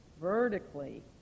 vertically